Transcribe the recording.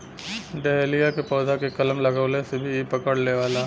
dahlia के पौधा के कलम लगवले से भी इ पकड़ लेवला